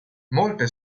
molte